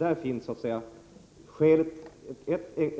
Där ligger